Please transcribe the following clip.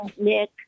Nick